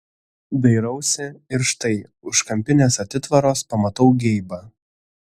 dairausi ir štai už kampinės atitvaros pamatau geibą